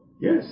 Yes